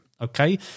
Okay